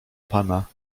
pana